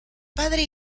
padre